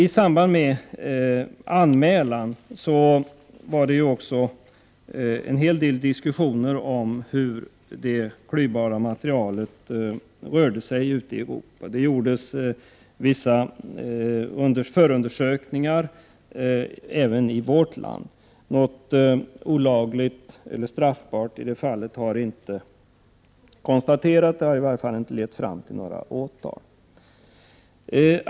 I samband med anmälan av frågan förekom en hel del diskussioner om hur det klyvbara materialet rörde sig ute i Europa. Vissa förundersökningar gjordes även i vårt land. Något olagligt, straffbart, i det fallet har inte konstaterats. I varje fall har åtal inte väckts.